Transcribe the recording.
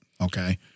okay